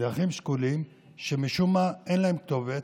לאחים שכולים, שמשום מה אין להם כתובת,